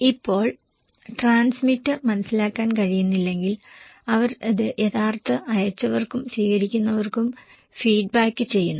ഇപ്പോൾ ട്രാൻസ്മിറ്റർ മനസ്സിലാക്കാൻ കഴിയുന്നില്ലെങ്കിൽ അവർ ഇത് യഥാർത്ഥ അയച്ചവർക്കും സ്വീകരിക്കുന്നവർക്കും ഫീഡ്ബാക്ക് ചെയ്യുന്നു